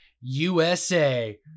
USA